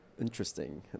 Interesting